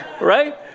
right